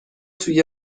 توی